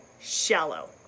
shallow